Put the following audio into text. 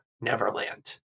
neverland